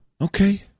Okay